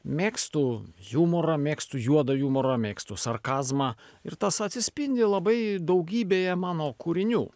mėgstu jumorą mėgstu juodą jumorą mėgstu sarkazmą ir tas atsispindi labai daugybėje mano kūrinių